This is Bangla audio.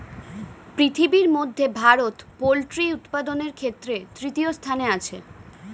পৃথিবীর মধ্যে ভারত পোল্ট্রি উপাদানের ক্ষেত্রে তৃতীয় স্থানে আছে